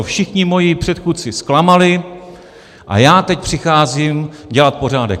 Všichni moji předchůdci zklamali a já teď přicházím dělat pořádek.